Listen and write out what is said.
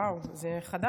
וואו, זה חדש.